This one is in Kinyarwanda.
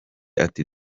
ati